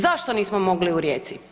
Zašto nismo mnogi u Rijeci?